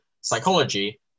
psychology